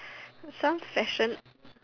some fashion